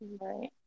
Right